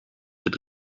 het